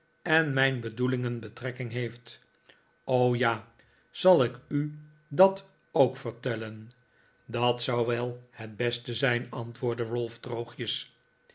en mijn bedoelingen betrekking heeft o ja zal ik u dat ook vertellen dat zou wel het beste zijn antwoordde ralph droogjes